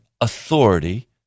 authority